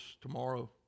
tomorrow